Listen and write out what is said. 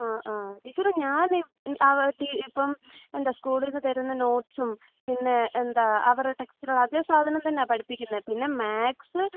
ആ ആ ടീച്ചറേ ഞാൻ അവ ഇപ്പം എന്താ സ്കൂളിൽനിന്ന് തരുന്ന നോട്സ്സും പിന്നെ എന്താ അവരുടെ ടെക്സ്റ്റിലുള്ള അതേ സാധനം തന്നെയാ പഠിപ്പിക്കുന്നത് പിന്നെ മാത്സ്സ്